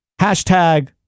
Hashtag